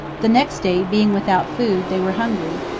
the next day, being without food, they were hungry,